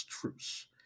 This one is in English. truce